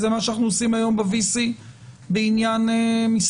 זה מה שאנחנו עושים היום ב-VC בעניין משרד